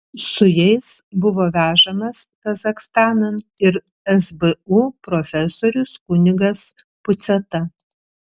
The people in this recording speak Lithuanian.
su jais buvo vežamas kazachstanan ir sbu profesorius kunigas puciata